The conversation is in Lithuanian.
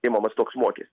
imamas toks mokes